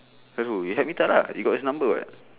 just would you help me tell lah you got his number [what]